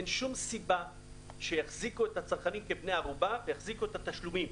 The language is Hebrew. אין שום סיבה שיחזיקו את הצרכנים כבני ערובה ויחזיקו את התשלומים.